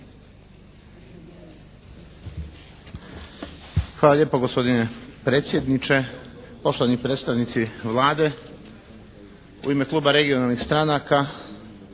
Hvala lijepo gospodine predsjedniče, poštovani predstavnici Vlade. U ime kluba regionalnih stranaka